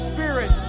Spirit